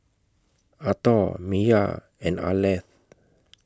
Arthor Miya and Arleth